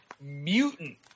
mutant